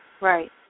Right